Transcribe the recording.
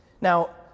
Now